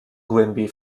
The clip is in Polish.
głębiej